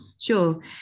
Sure